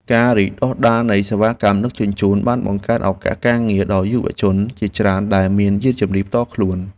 ការរីកដុះដាលនៃសេវាកម្មដឹកជញ្ជូនបានបង្កើតឱកាសការងារដល់យុវជនជាច្រើនដែលមានយានជំនិះផ្ទាល់ខ្លួន។